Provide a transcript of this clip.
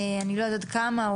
אני לא יודעת עד כמה,